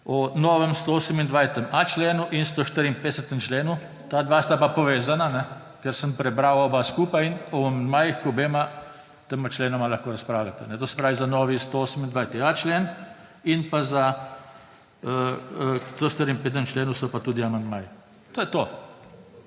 o novem 128.a členu in 154. členu. Ta dva sta pa povezana, ker sem prebral oba skupaj in o amandmajih k obema tema členoma lahko razpravljate. To se pravi za novi 128.a člen in pa k 154. členu so pa tudi amandmaji. To je to.